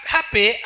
Happy